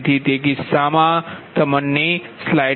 તેથી તે કિસ્સામાં 0